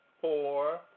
four